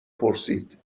پرسید